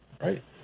right